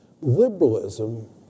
Liberalism